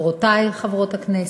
חברותי חברות הכנסת,